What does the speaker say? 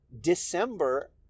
December